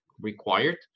required